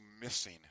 missing